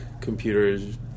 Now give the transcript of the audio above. computers